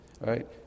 right